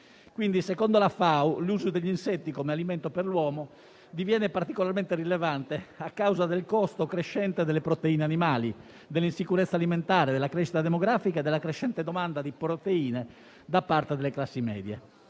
Secondo la FAO, l'uso degli insetti come alimento per l'uomo diviene particolarmente rilevante a causa del costo crescente delle proteine animali, dell'insicurezza alimentare, della crescita demografica e della crescente domanda di proteine da parte delle classi medie